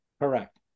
Correct